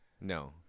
No